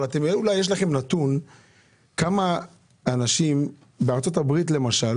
אולי יש לכם נתון שאומר כמה אנשים בארצות הברית למשל